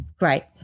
Right